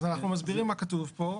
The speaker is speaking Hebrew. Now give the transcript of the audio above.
אנחנו מסבירים מה כתוב פה.